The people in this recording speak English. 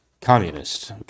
communist